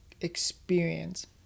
experience